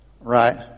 Right